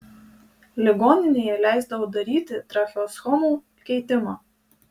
ligoninėje leisdavo daryti tracheostomų keitimą